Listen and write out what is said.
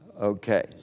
Okay